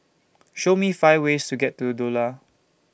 Show Me five ways to get to Doha